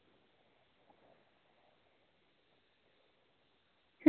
ठीक है आते हैं आपकी दुकान पर हाँ और रेट का थोड़ा सा